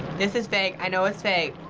this is fake. i know it's fake.